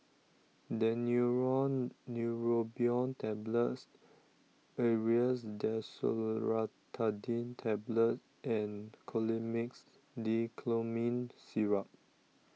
Daneuron Neurobion Tablets Aerius DesloratadineTablets and Colimix Dicyclomine Syrup